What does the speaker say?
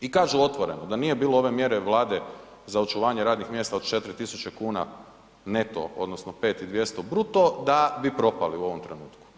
I kažu otvoreno, da nije bilo ove mjere Vlade za očuvanje radnih mjesta od 4000 kn neto, odnosno 5200 bruto, da bi propali u ovom trenutku.